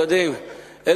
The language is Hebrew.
אתם יודעים,